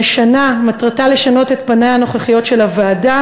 מטרתה לשנות את פניה הנוכחיות של הוועדה